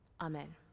amen